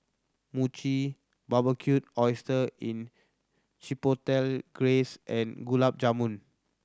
Mochi Barbecued Oyster in Chipotle Glaze and Gulab Jamun